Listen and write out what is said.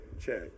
check